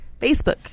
Facebook